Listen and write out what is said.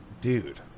Dude